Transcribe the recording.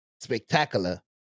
Spectacular